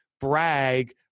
brag